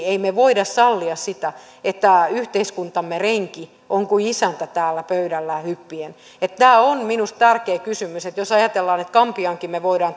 emme voi sallia sitä että yhteiskuntamme renki on kuin isäntä täällä pöydällä hyppien tämä on minusta tärkeä kysymys jos ajatellaan sitä että gambiaankin me voimme